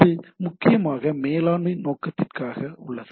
இது முக்கியமாக மேலாண்மை நோக்கத்திற்காக உள்ளது